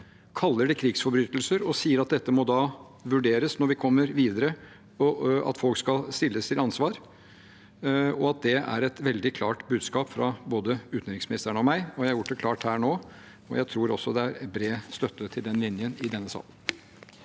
kaller det krigsforbrytelser og sier at det må vurderes, når vi kommer videre, at folk skal stilles til ansvar. Det er et veldig klart budskap fra både utenriksministeren og meg, og jeg har gjort det klart her nå. Jeg tror også det er bred støtte til den linjen i denne salen.